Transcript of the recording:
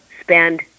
spend